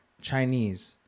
Chinese